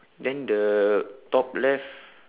then the top left